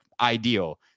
ideal